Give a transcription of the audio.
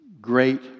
great